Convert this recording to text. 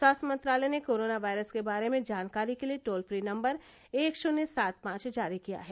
स्वास्थ्य मंत्रालय ने कोरोना वायरस के बारे में जानकारी के लिए टोल फ्री नम्बर एक शून्य सात पांच जारी किया है